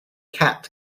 cat